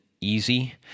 easy